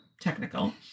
technical